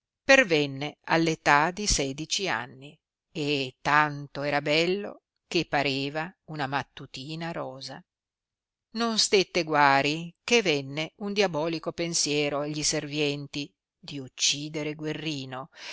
pervenne all età di sedeci anni e tanto era bello che pareva una mattutina rosa non stette guari che venne un diabolico pensiero a gli serventi di uccidere guerrino